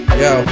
yo